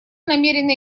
намерена